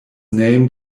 name